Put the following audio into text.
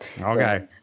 Okay